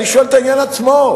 אני שואל על העניין עצמו.